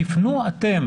תפנו אתם